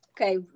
Okay